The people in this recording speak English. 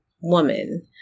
woman